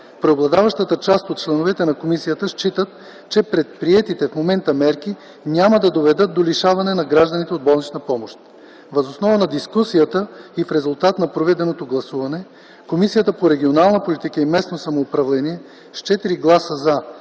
Преобладаващата част от членовете на комисията считат, че предприетите в момента мерки няма да доведат до лишаване на гражданите от болнична помощ. Въз основа на дискусията и в резултат на проведеното гласуване, Комисията по регионална политика и местно самоуправление с 4 гласа –